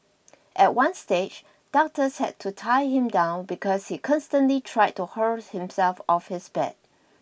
at one stage doctors had to tie him down because he constantly tried to hurl himself off his bed